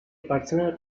personal